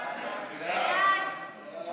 תקנות